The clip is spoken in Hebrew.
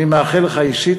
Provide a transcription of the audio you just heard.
אני מאחל לך אישית,